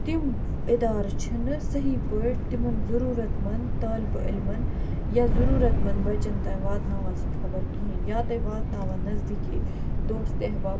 تِم اِدارٕ چھِنہٕ صحیح پٲٹھۍ تِمَن ضٔروٗرت مَنٛد طالبہٕ علمَن یا ضروٗرت مَنٛد بَچَن تانۍ واتناوان سۄ خَبَر کِہیٖنۍ یا تۄہہِ واتناوَن نَزدیٖکی دوست و احباب